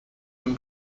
can